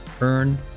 Earn